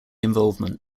involvement